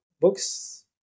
books